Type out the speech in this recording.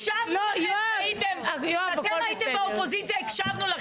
כשאתם הייתם באופוזיציה הקשבנו לכם.